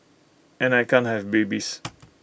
and I can't have babies